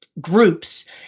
groups